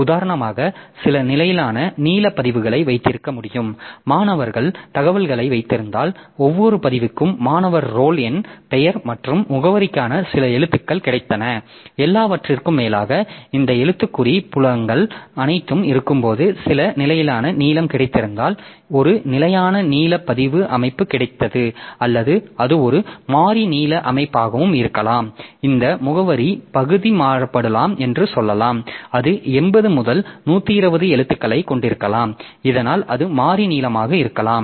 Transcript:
உதாரணமாக சில நிலையான நீள பதிவுகளை வைத்திருக்க முடியும் மாணவர் தகவல்களை வைத்திருந்தால் ஒவ்வொரு பதிவுக்கும் மாணவர் ரோல் எண் பெயர் மற்றும் முகவரிக்கான சில எழுத்துக்கள் கிடைத்தன எல்லாவற்றிற்கும் மேலாக இந்த எழுத்துக்குறி புலங்கள் அனைத்தும் இருக்கும்போது சில நிலையான நீளம் கிடைத்திருந்தால் ஒரு நிலையான நீள பதிவு அமைப்பு கிடைத்தது அல்லது அது ஒரு மாறி நீள அமைப்பாகவும் இருக்கலாம் இந்த முகவரி பகுதி மாறுபடலாம் என்று சொல்லலாம் அது 80 முதல் 120 எழுத்துக்களைக் கொண்டிருக்கலாம் இதனால் அது மாறி நீளமாக இருக்கலாம்